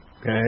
okay